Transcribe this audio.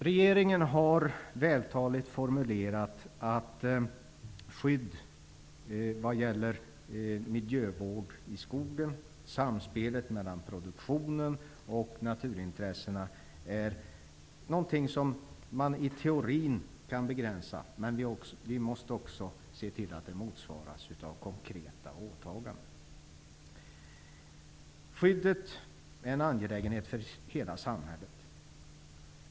Regeringen har vältaligt formulerat att skydd vad gäller miljövård i skogen, samspelet mellan produktionen och naturintressena, är någonting som man i teorin kan begränsa, men vi måste också se till att det motsvaras av konkreta åtaganden. Skyddet är en angelägenhet för hela samhället.